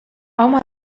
home